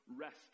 Rest